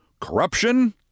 Corruption